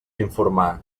informar